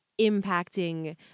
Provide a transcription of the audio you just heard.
impacting